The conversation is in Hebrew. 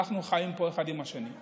אנחנו חיים פה אחד עם השני.